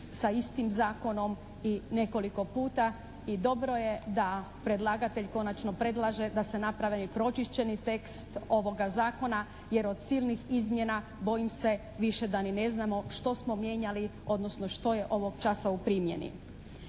sa istim zakonom i nekoliko puta i dobro je da predlagatelj konačno predlaže da se napravi pročišćeni tekst ovoga zakona jer od silnih izmjena bojim se da više ni ne znamo što smo mijenjali odnosno što je ovog časa u primjeni.